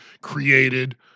created